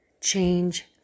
change